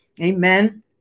Amen